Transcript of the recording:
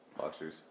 Boxers